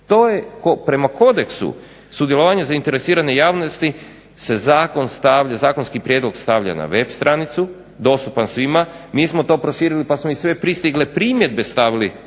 To je, prema kodeksu sudjelovanja zainteresirane javnosti se zakon stavlja, zakonski prijedlog stavlja na web stranicu dostupan svima. Mi smo to proširili pa smo i sve pristigle primjedbe stavili